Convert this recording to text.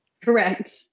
Correct